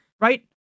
right